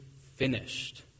finished